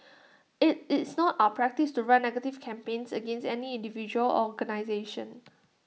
IT is not our practice to run negative campaigns against any individual organisation